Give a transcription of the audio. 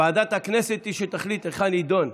ועדת הכנסת היא שתחליט היכן יידון.